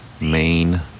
main